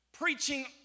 preaching